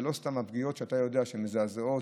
ולא סתם הפגיעות שאתה יודע שהן מזעזעות,